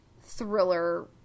thriller